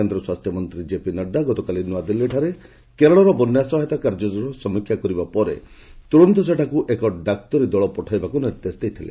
କେନ୍ଦ୍ର ସ୍ୱାସ୍ଥ୍ୟମନ୍ତ୍ରୀ କେପି ନଡ୍ରା ଗତକାଲି ନୂଆଦିଲ୍ଲୀଠାରେ କେରଳର ବନ୍ୟା ସହାୟତା କାର୍ଯ୍ୟ ସମୀକ୍ଷା କରିବା ପରେ ତୁରନ୍ତ ସେଠାକୁ ଏକ ଡାକ୍ତରୀ ଦଳ ପଠାଇବାକୁ ନିର୍ଦ୍ଦେଶ ଦେଇଥିଲେ